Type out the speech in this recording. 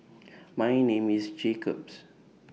My name IS Jacob's